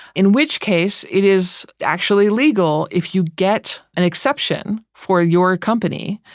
in which case, it is actually legal if you get an exception for your company.